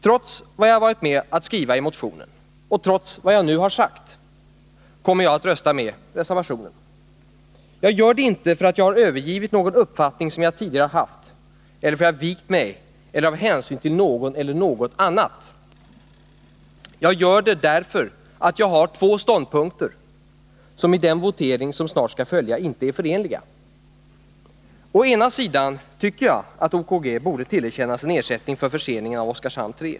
Trots vad jag varit med om att skriva i motionen och trots vad jag nu sagt, kommer jag att rösta med reservationen. Jag gör det inte därför att jag har övergivit någon uppfattning som jag tidigare har haft eller för att jag har vikt mig eller av hänsyn till någon eller något annat. Jag gör det, därför att jag har två ståndpunkter som i den votering som snart skall följa inte är förenliga. Å ena sidan tycker jag att OKG borde tillerkännas en ersättning för förseningen av Oskarshamn 3.